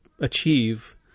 achieve